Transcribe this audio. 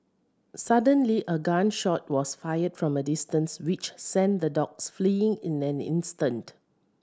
suddenly a gun shot was fired from a distance which sent the dogs fleeing in an instant